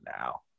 now